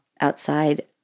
outside